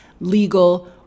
legal